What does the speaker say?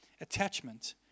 attachment